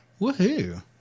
Woohoo